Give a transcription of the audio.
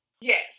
Yes